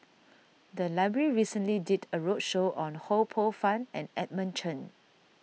the library recently did a roadshow on Ho Poh Fun and Edmund Chen